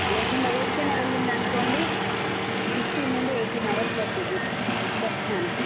లేకుంటే ఉరకనే వెళ్ళిరు అనుకోండి ఫిఫ్టీన్ నుండి ఎయిటీన్ అవర్స్ పట్టుద్ది దర్శనానికి